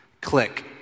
Click